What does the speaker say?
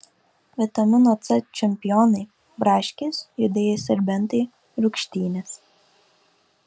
vitamino c čempionai braškės juodieji serbentai rūgštynės